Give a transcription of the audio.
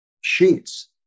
sheets